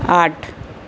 آٹھ